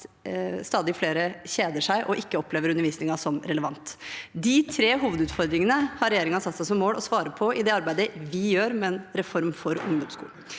stadig flere kjeder seg og ikke opplever undervisningen som relevant. De tre hovedutfordringene har regjeringen satt seg som mål å svare på i det arbeidet vi gjør med en reform for ungdomsskolen.